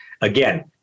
again